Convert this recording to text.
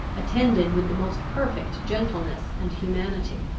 attended with the most perfect gentleness and humanity.